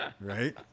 Right